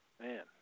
Man